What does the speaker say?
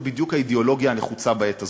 בדיוק האידיאולוגיה הנחוצה בעת הזאת: